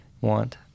want